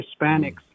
Hispanics